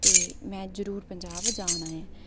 ते में जरूर पंजाब जाना ऐ